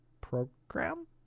program